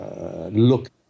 look